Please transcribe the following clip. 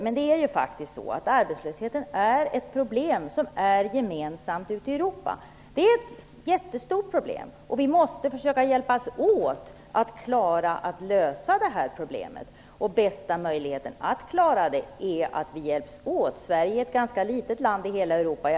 Men arbetslösheten är ett jättestort gemensamt problem ute i Europa. Vi måste försöka hjälpas åt för att lösa det problemet. Bästa möjligheten att klara det är att vi hjälps åt. Sverige är ett ganska litet land i Europa.